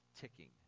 ticking